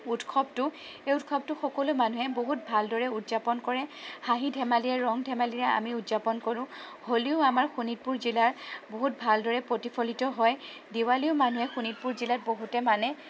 উৎসৱটো এই উৎসৱটো সকলো মানুহেই বহুত ভালদৰে উদযাপন কৰে হাঁহি ধেমালিৰে ৰং ধেমালিৰে আমি উদযাপন কৰোঁ হোলীও আমাৰ শোণিতপুৰ জিলাৰ বহুত ভালদৰে প্ৰতিফলিত হয় দেৱালীও মানুহে শোণিতপুৰ জিলাত বহুতে মানে